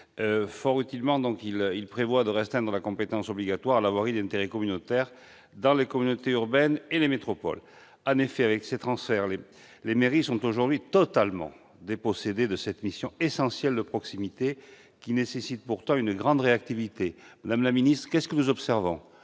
Fort utilement, il vise à restreindre la compétence obligatoire à la voirie d'intérêt communautaire dans les communautés urbaines et les métropoles. En effet, avec ces transferts, les mairies sont aujourd'hui dépossédées de cette mission essentielle de proximité qui nécessite pourtant une grande réactivité. Qu'observons-nous, madame la ministre ?